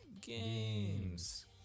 games